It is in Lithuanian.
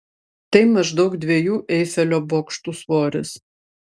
tai maždaug dviejų eifelio bokštų svoris